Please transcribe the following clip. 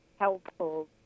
helpful